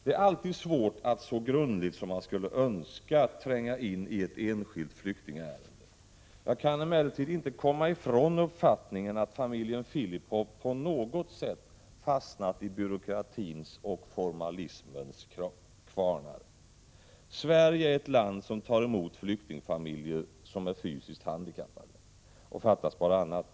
Det är alltid svårt att tränga in i ett enskilt flyktingärende så grundligt som man skulle önska. Jag kan emellertid inte komma ifrån uppfattningen att familjen Filipov på något sätt har fastnat i byråkratins och formalismens kvarnar. Sverige är ett land som tar emot flyktingfamiljer som är fysiskt handikappade — fattas bara annat!